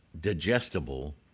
digestible